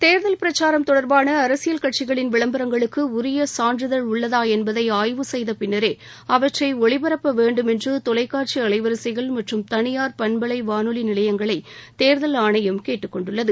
தேர்தல் பிரச்சாரம் தொடர்பான அரசியல் கட்சிகளின் விளம்பரங்களுக்கு உரிய சான்றிதழ் உள்ளதா என்பதை ஆய்வு செய்த பின்னரே அவற்றை ஒளிபரப்ப வேண்டும் என்று தொலைக்காட்சி அலைவரிசைகள் மற்றும் தனியார் பண்பலை வாளொலி நிலையங்களை தேர்தல் ஆணையம் கேட்டுக்கொண்டுள்ளது